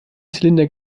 zylinder